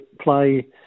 play